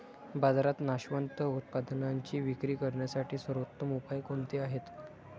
बाजारात नाशवंत उत्पादनांची विक्री करण्यासाठी सर्वोत्तम उपाय कोणते आहेत?